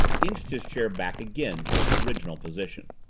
inched his chair back again to its original position.